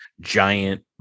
giant